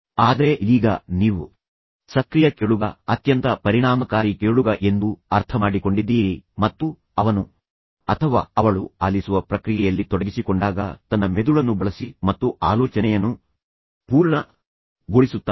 ಆದರೆ ಇದೀಗ ನೀವು ಸಕ್ರಿಯ ಕೇಳುಗ ಅತ್ಯಂತ ಪರಿಣಾಮಕಾರಿ ಕೇಳುಗ ಎಂದು ಅರ್ಥಮಾಡಿಕೊಂಡಿದ್ದೀರಿ ಮತ್ತು ಅವನು ಅಥವಾ ಅವಳು ಆಲಿಸುವ ಪ್ರಕ್ರಿಯೆಯಲ್ಲಿ ತೊಡಗಿಸಿಕೊಂಡಾಗ ತನ್ನ ಮೆದುಳನ್ನು ಬಳಸಿ ಮತ್ತು ಆಲೋಚನೆಯನ್ನು ಪೂರ್ಣಗೊಳಿಸುತ್ತಾನೆ